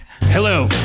Hello